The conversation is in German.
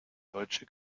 deutsche